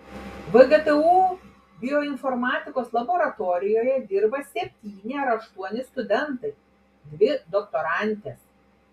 vgtu bioinformatikos laboratorijoje dirba septyni ar aštuoni studentai dvi doktorantės